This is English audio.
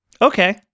Okay